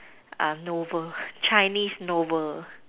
uh novel Chinese novel